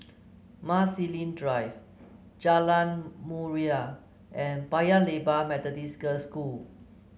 Marsiling Drive Jalan Murai and Paya Lebar Methodist Girls' School